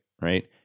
right